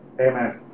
Amen